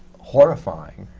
horrifying.